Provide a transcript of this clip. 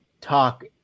talk